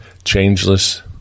Changeless